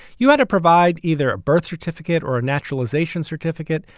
you had to provide either a birth certificate or a naturalization certificate,